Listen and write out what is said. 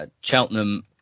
Cheltenham